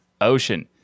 ocean